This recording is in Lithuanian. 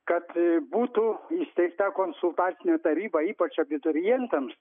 kad būtų įsteigta konsultacinė taryba ypač abiturientams